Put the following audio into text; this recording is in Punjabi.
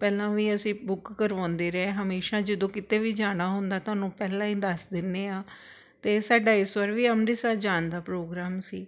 ਪਹਿਲਾਂ ਵੀ ਅਸੀਂ ਬੁੱਕ ਕਰਵਾਉਂਦੇ ਰਹੇ ਹਮੇਸ਼ਾ ਜਦੋਂ ਕਿਤੇ ਵੀ ਜਾਣਾ ਹੁੰਦਾ ਤੁਹਾਨੂੰ ਪਹਿਲਾਂ ਹੀ ਦੱਸ ਦਿੰਦੇ ਹਾਂ ਅਤੇ ਸਾਡਾ ਇਸ ਵਾਰ ਵੀ ਅੰਮ੍ਰਿਤਸਰ ਜਾਣ ਦਾ ਪ੍ਰੋਗਰਾਮ ਸੀ